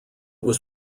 was